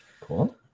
Cool